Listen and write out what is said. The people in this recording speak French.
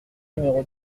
numéro